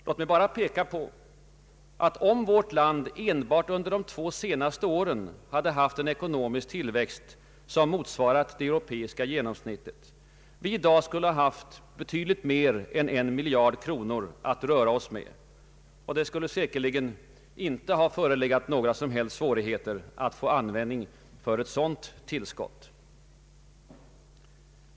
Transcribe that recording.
Låt mig bara peka på att om vårt land enbart under de senaste två åren haft en ekonomisk tillväxt som motsvarat det europeiska genomsnittet, så skulle vi i dag haft betydligt mer än en miljard kronor mera att röra oss med. Det skulle säkerligen inte ha förelegat några svårigheter att få användning för ett sådant tillskott.